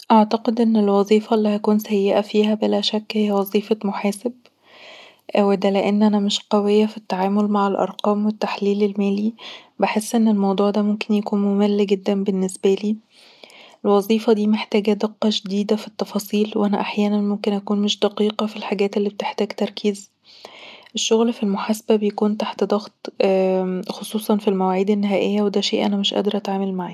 أعتقد ان الوظيفه اللي هكون سيئه فيها بلاشك هي وظيفة محاسب وده لأن أنا مش قويه في التعامل مع الأرقام والتحليل المالي. بحس إن الموضوع ده ممكن يكون ممل جدًا بالنسبالي الوظيفة دي محتاجة دقة شديدة في التفاصيل، وأنا أحيانًا ممكن أكون مش دقيقه في الحاجات اللي بتحتاج تركيز، الشغل في المحاسبة بيكون تحت ضغط خصوصا في المواعيد النهائية، وده شيء أنا مش قادر أتعامل معاه